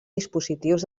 dispositius